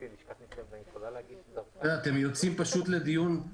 אתם יוצאים לדיון.